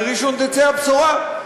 מראשון תצא הבשורה.